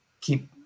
keep